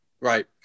Right